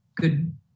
good